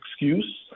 excuse